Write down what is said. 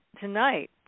tonight